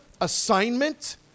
assignment